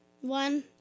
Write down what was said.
one